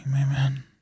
amen